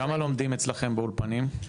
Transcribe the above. כמה לומדים אצלכם באולפנים?